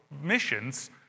missions